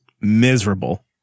miserable